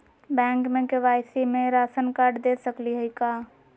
Bank में KYC में ration card दे सकली हई का?